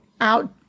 out